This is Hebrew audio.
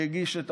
שהגיש את